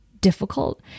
difficult